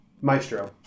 maestro